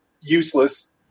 useless